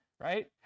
Right